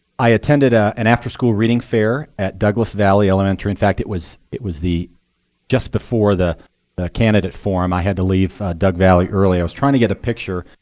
i attended ah an after-school reading fair at douglas valley elementary. in fact, it was it was just before the the candidate forum. i had to leave doug valley early. i was trying to get a picture.